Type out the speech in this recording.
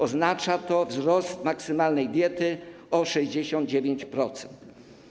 Oznacza to wzrost maksymalnej diety o 69%.